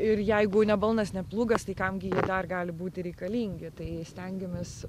ir jeigu ne balnas ne plūgas tai kam gi dar gali būti reikalingi tai stengiamės